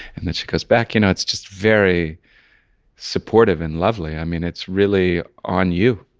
and then she goes back. you know it's just very supportive and lovely. i mean, it's really on you.